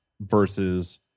versus